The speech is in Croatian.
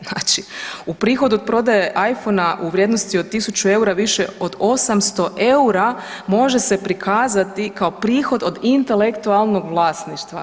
Znači u prihod od prodaje iphone-a u vrijednosti od 1.000 EUR-a više od 800 EUR-a može se prikazati kao prihod od intelektualnog vlasništva.